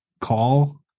call